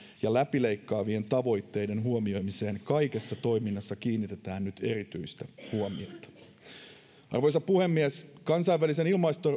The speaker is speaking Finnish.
ja läpileikkaavien tavoitteiden huomioimiseen kaikessa toiminnassa kiinnitetään nyt erityistä huomiota arvoisa puhemies kansainvälisen